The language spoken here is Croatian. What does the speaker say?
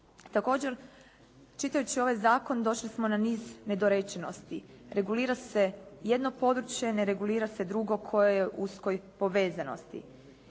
Također čitajući ovaj zakon došli smo na niz nedorečenosti. Regulira se jedno područje. Ne regulira se drugo koje je u uskoj povezanosti.